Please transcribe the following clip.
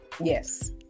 Yes